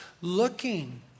looking